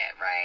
right